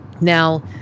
Now